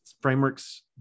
Frameworks